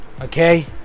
okay